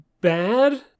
bad